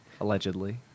allegedly